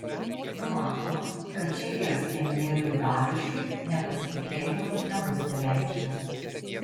numatoma kad čekijos premjerui babišui nepasitikėjimas nebus pareikštas